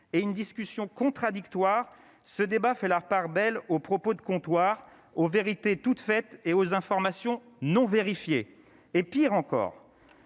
et une discussion contradictoire ce débat fait la part belle aux propos de comptoir aux vérités toutes faites et aux informations non vérifiées et pire encore,